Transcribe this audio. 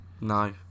No